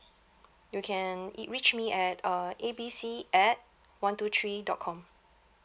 you can eat reach me at uh A B C at one two three dot com